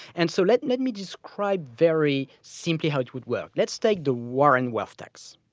and so let let me describe very simply how it would work. let's take the warren wealth tax.